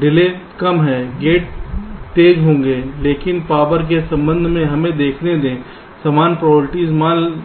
delay कम है gate तेज होगा लेकिन पावर के संबंध में हमें देखने दें समान प्रोबेबिलिटी मान